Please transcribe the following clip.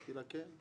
אמרתי לה, כן.